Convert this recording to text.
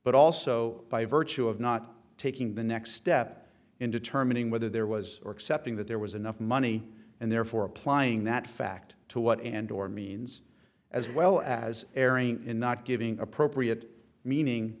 but also by virtue of not taking the next step in determining whether there was or accepting that there was enough money and therefore applying that fact to what and or means as well as erring in not giving appropriate meaning